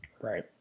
Right